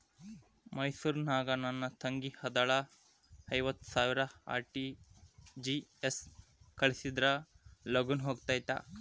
ಮೈಸೂರ್ ನಾಗ ನನ್ ತಂಗಿ ಅದಾಳ ಐವತ್ ಸಾವಿರ ಆರ್.ಟಿ.ಜಿ.ಎಸ್ ಕಳ್ಸಿದ್ರಾ ಲಗೂನ ಹೋಗತೈತ?